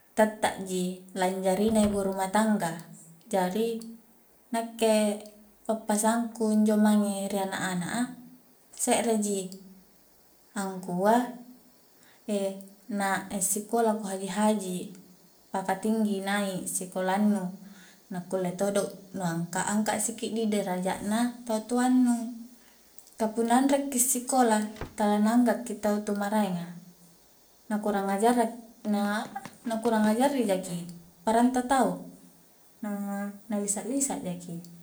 Tatta ji lanjari na ibu rumah tangga jari nakke pa'pasangku injo mange ri anak-anak a se're ji angkua nak assikola ko haji-haji paka tinggi i naik sikolannu na kulle todo nu angka-angka sikiddi deraja' na tu toannu kapunna anre ki sikola tala na angga ki tau tu maraenga na kuarang ajara na apaa na kurang ajarri jaki parang ta tau, na lisak-lisak jaki